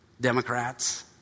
Democrats